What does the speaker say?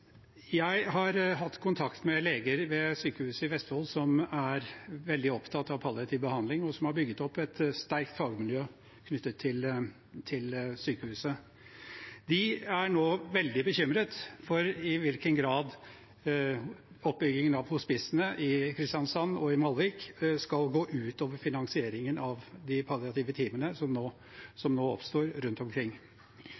Jeg har hatt kontakt med leger ved Sykehuset i Vestfold som er veldig opptatt av palliativ behandling, og som har bygget opp et sterkt fagmiljø knyttet til sykehuset. De er nå veldig bekymret for i hvilken grad oppbyggingen av hospicene i Kristiansand og Malvik skal gå ut over finansieringen av de palliative teamene som nå